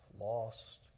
lost